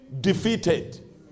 defeated